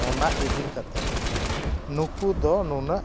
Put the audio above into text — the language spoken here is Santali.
ᱚᱱᱟ ᱤᱫᱤ ᱠᱟᱛᱮ ᱱᱩᱠᱩ ᱫᱚ ᱱᱩᱱᱟᱹᱜ